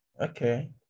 Okay